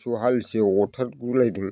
मोसौ हालिसो अरथारगु लायदों